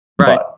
right